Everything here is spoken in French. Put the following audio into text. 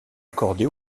accordée